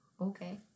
Okay